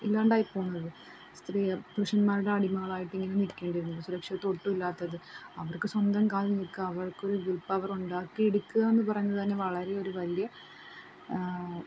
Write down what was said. ഇല്ലാണ്ടായി പോകുന്നത് സ്ത്രീ പുരുഷന്മാരുടെ അടിമകളായിട്ട് ഇങ്ങനെ നിൽക്കേണ്ടി വരുന്നത് സുരക്ഷിതത്വം ഒട്ടും ഇല്ലാത്തത് അവർക്ക് സ്വന്തം കാലിൽ നിൽക്കുക അവർക്കൊരു വിൽ പവർ ഉണ്ടാക്കി എടുക്കുക എന്ന് പറഞ്ഞാൽ തന്നെ വളരെ ഒരു വലിയ